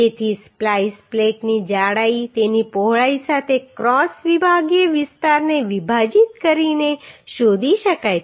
તેથી સ્પ્લાઈસ પ્લેટની જાડાઈ તેની પહોળાઈ સાથે ક્રોસ વિભાગીય વિસ્તારને વિભાજીત કરીને શોધી શકાય છે